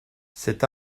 cet